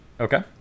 Okay